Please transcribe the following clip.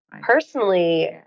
personally